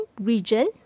region